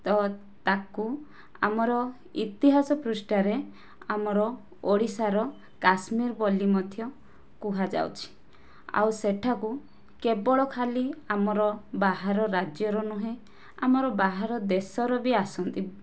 ତ ତାକୁ ଆମର ଇତିହାସ ପୃଷ୍ଠାରେ ଆମର ଓଡ଼ିଶାର କାଶ୍ମୀର ବୋଲି ମଧ୍ୟ କୁହାଯାଊଛି ଆଉ ସେଠାକୁ କେବଳ ଖାଲି ଆମର ବାହାର ରାଜ୍ୟର ନୁହେଁ ଆମର ବାହାର ଦେଶର ବି ଆସନ୍ତି